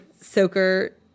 soaker